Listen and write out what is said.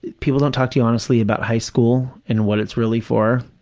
people don't talk to you honestly about high school and what it's really for.